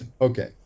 Okay